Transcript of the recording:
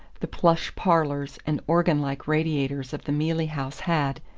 the plush parlours and organ-like radiators of the mealey house had,